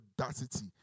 audacity